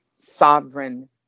sovereign